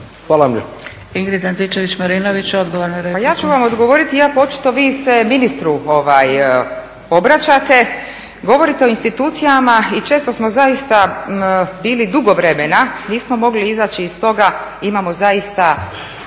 repliku. **Antičević Marinović, Ingrid (SDP)** Pa ja ću vam odgovoriti iako očito vi se ministru obraćate. Govorite o institucijama i često smo zaista bili dugo vremena, nismo mogli izaći iz toga imamo zaista